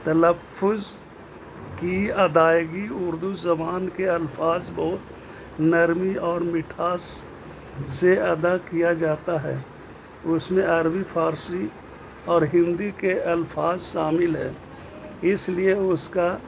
تلفظ کی ادائیگی اردو زبان کے الفاظ کو نرمی اور مٹھاس سے ادا کیا جاتا ہے اس میں عربی فارسی اور ہندی کے الفاظ شامل ہے اس لیے اس کا